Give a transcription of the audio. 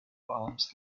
arms